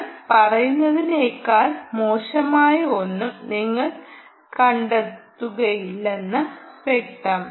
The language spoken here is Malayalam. ഞാൻ പറയുന്നതിനേക്കാൾ മോശമായ ഒന്നും നിങ്ങൾ കണ്ടെത്തുകയില്ലെന്ന് വ്യക്തം